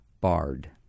Bard